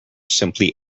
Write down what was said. simply